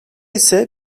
ise